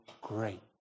great